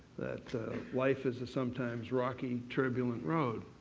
that life is a sometimes rocky, turbulent road.